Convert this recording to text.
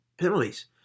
penalties